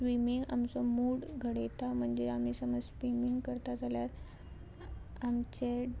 swimming आमचो mood घडयता म्हणजे आमी समज स्विमींग करता जाल्यार आमचे